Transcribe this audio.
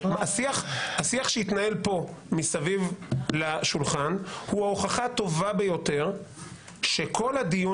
השיח שהתנהל פה מסביב לשולחן הוא ההוכחה הטובה ביותר שכל הדיון